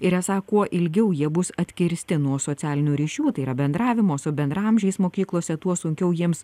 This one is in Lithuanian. ir esą kuo ilgiau jie bus atkirsti nuo socialinių ryšių tai yra bendravimo su bendraamžiais mokyklose tuo sunkiau jiems